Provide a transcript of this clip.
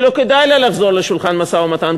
שלא כדאי לה לחזור לשולחן המשא-ומתן,